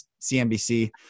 CNBC